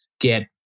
get